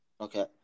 Okay